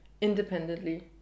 independently